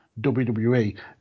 WWE